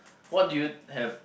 what do you have